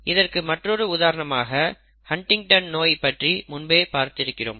இதற்கு மற்றொரு உதாரணமாக ஹன்டிங்டன் நோய் பற்றி முன்பே பார்த்திருக்கிறோம்